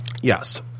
Yes